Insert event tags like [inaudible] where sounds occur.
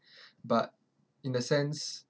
[breath] but in the sense